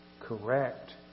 correct